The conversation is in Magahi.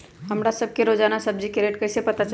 हमरा सब के रोजान सब्जी के रेट कईसे पता चली?